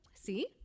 See